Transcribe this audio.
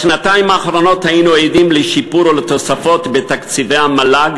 בשנתיים האחרונות היינו עדים לשיפור או לתוספות בתקציבי המל"ג